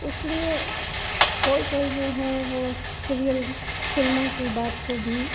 इसलिए कोई कोई जो है वह सिरियल फ़िल्मों की बात को भी